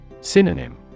Synonym